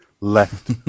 left